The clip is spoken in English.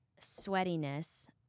sweatiness